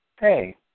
hey